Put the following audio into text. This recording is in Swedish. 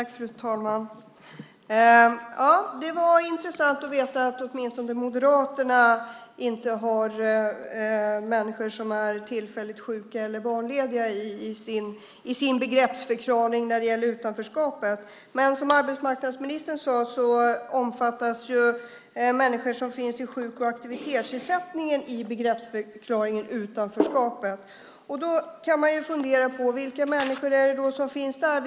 Fru talman! Det var intressant att få veta att åtminstone Moderaterna inte har med människor som är tillfälligt sjuka eller barnlediga i sin begreppsförklaring när det gäller utanförskapet. Men som arbetsmarknadsministern sade omfattas ju människor som har sjuk och aktivitetsersättning av förklaringen av begreppet utanförskapet. Då kan man fundera på vilka människor det är som finns där.